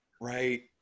right